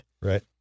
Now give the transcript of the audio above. Right